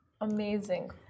Amazing